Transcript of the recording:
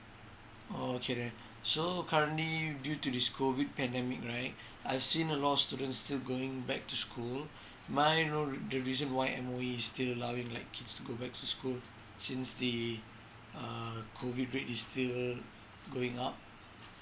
oh okay then so currently due to this COVID pandemic right I've seen a lot of students still going back to school may I know the reason why M_O_E is still allowing like kids to go back to school since the uh COVID rate is still going up